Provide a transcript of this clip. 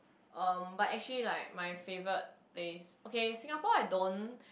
um but actually like my favourite place okay Singapore I don't